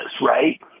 right